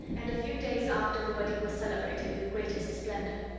and a few days after the wedding was celebrated with greatest splendor.